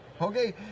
Okay